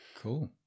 Cool